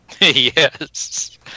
Yes